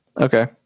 Okay